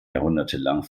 jahrhundertelang